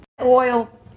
Oil